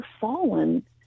fallen